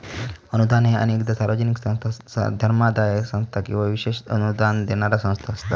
अनुदान ह्या अनेकदा सार्वजनिक संस्था, धर्मादाय संस्था किंवा विशेष अनुदान देणारा संस्था असता